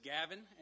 Gavin